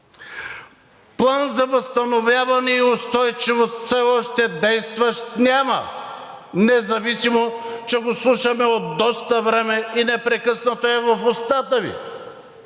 План за възстановяване и устойчивост все още действащ няма, независимо че го слушаме от доста време и непрекъснато е в устата Ви.